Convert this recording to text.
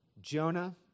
Jonah